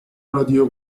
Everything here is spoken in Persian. رادیو